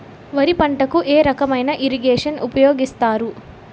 వరి పంటకు ఏ రకమైన ఇరగేషన్ ఉపయోగిస్తారు?